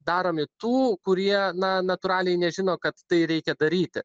daromi tų kurie na natūraliai nežino kad tai reikia daryti